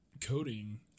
coding